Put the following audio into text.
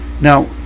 Now